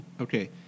Okay